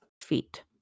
feet